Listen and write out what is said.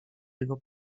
jego